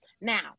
Now